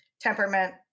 temperament